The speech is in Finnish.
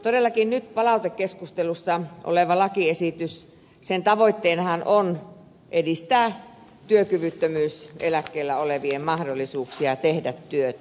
todellakin nyt palautekeskustelussa olevan lakiesityksen tavoitteenahan on edistää työkyvyttömyyseläkkeellä olevien mahdollisuuksia tehdä työtä